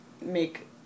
make